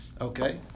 Okay